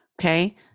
Okay